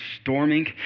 storming